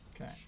Okay